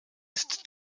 ist